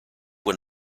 when